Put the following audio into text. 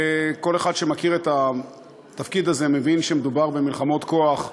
וכל אחד שמכיר את התפקיד הזה מבין שמדובר במלחמות כוח,